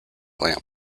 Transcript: lamp